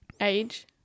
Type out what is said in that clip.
age